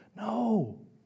No